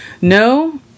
no